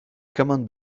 common